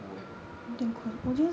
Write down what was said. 苦 eh